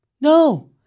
No